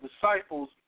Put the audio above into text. disciples